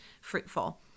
fruitful